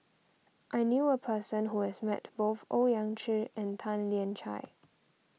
I knew a person who has met both Owyang Chi and Tan Lian Chye